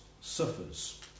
suffers